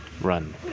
run